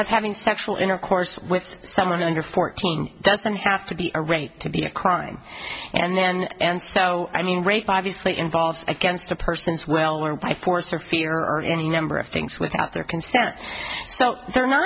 of having sexual intercourse with someone under fourteen doesn't have to be a rape to be a crime and then and so i mean rape by obviously involved again a person's well learned by force or fear or any number of things without their consent so they're not